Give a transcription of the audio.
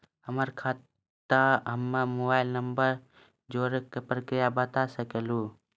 हमर खाता हम्मे मोबाइल नंबर जोड़े के प्रक्रिया बता सकें लू?